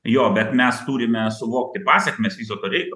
jo bet mes turime suvokti pasekmes viso to reikalo